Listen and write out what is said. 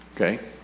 okay